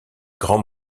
grands